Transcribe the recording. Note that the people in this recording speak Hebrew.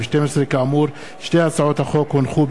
של חבר הכנסת אמנון כהן וקבוצת חברי הכנסת.